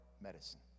medicine